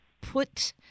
put